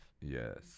Yes